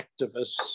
activists